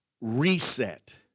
reset